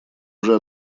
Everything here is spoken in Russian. уже